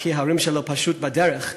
כי ההורים שלו פשוט בדרך מטקסס,